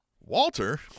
Walter